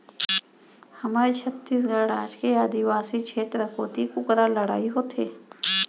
हमर छत्तीसगढ़ राज के आदिवासी छेत्र कोती कुकरा लड़ई होथे